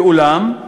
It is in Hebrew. ואולם,